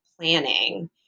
planning